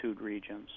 regions